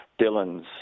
Dylan's